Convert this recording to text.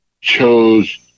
chose